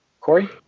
Corey